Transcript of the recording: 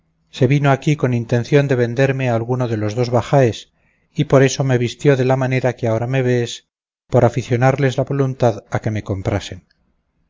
se vino aquí con intención de venderme a alguno de los dos bajaes y por eso me vistió de la manera que ahora me vees por aficionarles la voluntad a que me comprasen